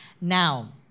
Now